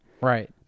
Right